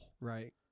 Right